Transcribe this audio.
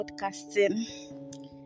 podcasting